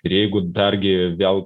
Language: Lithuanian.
ir jeigu dargi vėl